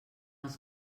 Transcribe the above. els